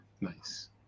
Nice